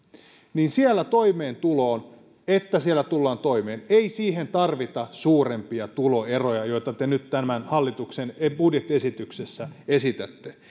toimeentuloon että siellä tullaan toimeen ei tarvita suurempia tuloeroja joita te nyt tämän hallituksen budjettiesityksessä esitätte